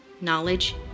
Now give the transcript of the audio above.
knowledge